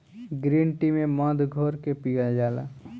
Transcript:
green tea में मध घोर के पियल जाला